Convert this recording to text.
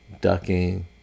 ducking